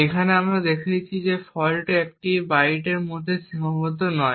এখানে আমরা দেখছি যে ফল্টটি একটি একক বাইটের মধ্যে সীমাবদ্ধ নয়